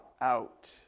out